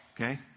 Okay